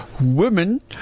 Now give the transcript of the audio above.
women